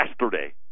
yesterday